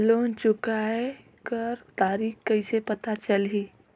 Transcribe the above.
Loan चुकाय कर तारीक कइसे पता चलही?